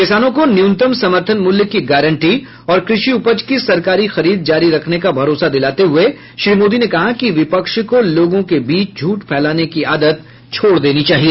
किसानों को न्यूनतम समर्थन मूल्य की गारंटी और कृषि उपज की सरकारी खरीद जारी रखने का भरोसा दिलाते हुए श्री मोदी ने कहा कि विपक्ष को लोगों के बीच झूठ फैलाने की आदत छोड़ देनी चाहिए